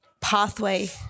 pathway